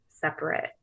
separate